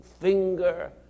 finger